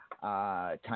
time